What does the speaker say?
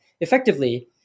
Effectively